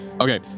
Okay